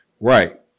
Right